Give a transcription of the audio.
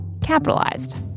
capitalized